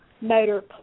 motor